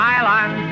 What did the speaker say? Island